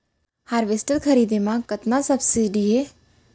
Harvester खरीदे म कतना सब्सिडी हे?